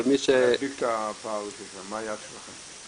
אבל מי ש --- מה היעד שלכם,